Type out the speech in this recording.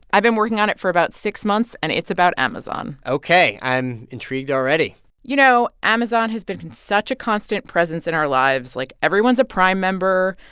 i've been working on it for about six months, and it's about amazon ok. i'm intrigued already already you know, amazon has been been such a constant presence in our lives. like, everyone's a prime member.